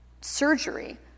surgery